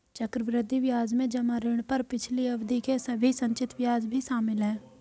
चक्रवृद्धि ब्याज में जमा ऋण पर पिछली अवधि के सभी संचित ब्याज भी शामिल हैं